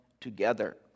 together